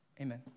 Amen